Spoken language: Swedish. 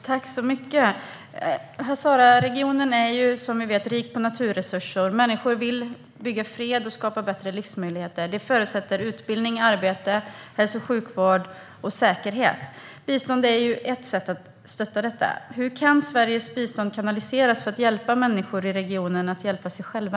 Herr talman! Hazarregionen är som vi vet rik på naturresurser. Människor vill bygga fred och skapa bättre livsmöjligheter. Det förutsätter utbildning, arbete, hälso och sjukvård och säkerhet. Bistånd är ett sätt att stötta detta. Hur kan Sveriges bistånd kanaliseras för att hjälpa människor i regionen att hjälpa sig själva?